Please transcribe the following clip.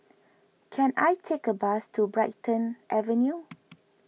can I take a bus to Brighton Avenue